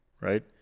right